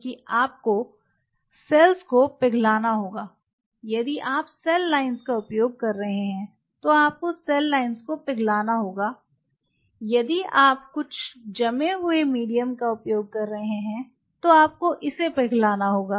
क्योंकि आपको सेल्स को पिघलना होगा यदि आप सेल लाइनों का उपयोग कर रहे हैं तो आपको सेल लाइनों को पिघलना होगा यदि आप कुछ जमे हुए मीडियम का उपयोग कर रहे हैं तो आपको इसे पिघलना होगा